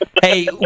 Hey